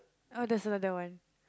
oh there's another one